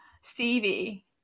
stevie